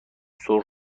سرخ